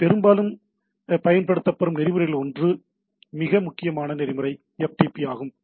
நாங்கள் பெரும்பாலும் என்று பயன்படுத்தப்படும் நெறிமுறைகளில் ஒன்று மிக முக்கியமான நெறிமுறை FTP ஆகும்